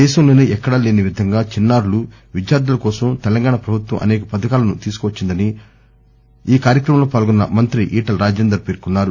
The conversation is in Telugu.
దేశంలోసే ఎక్కడా లేనివిధంగా చిన్నా రులు విద్యార్దుల కోసం తెలంగాణ ప్రభుత్వం అసేక పథకాలను తీసుకువచ్చిందని ఈ కార్యక్రమంలో పాల్గొన్న మంత్రి ఈటల రాజేందర్ పేరొన్నారు